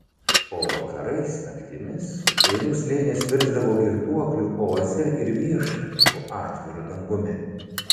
o vakarais naktimis dainų slėnis virsdavo girtuoklių oaze ir viešnamiu po atviru dangumi